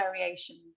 variations